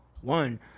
one